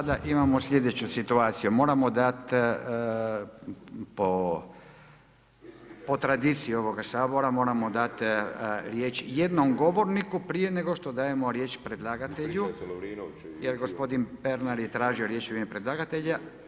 Onda sada imamo sljedeću situaciju, moramo dat po tradiciji ovoga Sabora moramo dati riječ jednom govorniku prije nego što dajemo riječ predlagatelju jer gospodin Pernar je tražio riječ u ime predlagatelja.